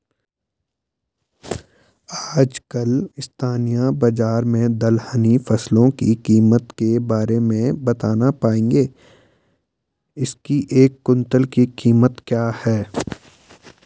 आजकल स्थानीय बाज़ार में दलहनी फसलों की कीमत के बारे में बताना पाएंगे इसकी एक कुन्तल की कीमत क्या है?